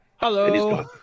Hello